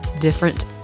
different